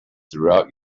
throughout